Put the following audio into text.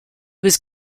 was